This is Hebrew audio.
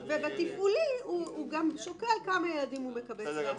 ובתפעולי הוא גם שוקל כמה ילדים הוא מקבץ להסעה.